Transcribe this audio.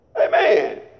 Amen